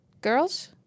girls